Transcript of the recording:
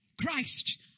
Christ